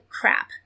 crap